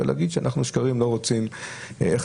ולהגיד שאנחנו לא רוצים שקרים ואיך